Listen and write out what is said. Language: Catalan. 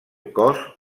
cos